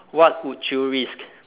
what would you risk